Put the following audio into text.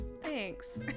thanks